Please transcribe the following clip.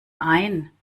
ein